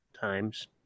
times